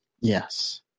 Yes